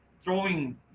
throwing